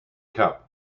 cup